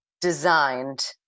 designed